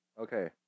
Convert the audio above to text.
Okay